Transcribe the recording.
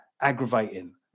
aggravating